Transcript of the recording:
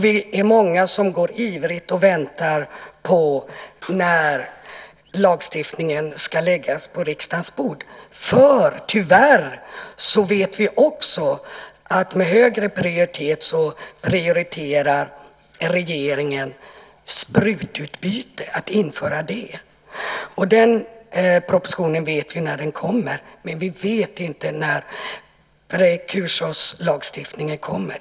Vi är många som ivrigt går och väntar på när lagstiftningen ska läggas på riksdagens bord. Tyvärr vet vi att regeringen prioriterar högre att införa sprututbyte. Vi vet när den propositionen kommer, men vi vet inte när prekursorslagstiftningen kommer.